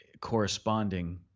corresponding